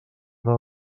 del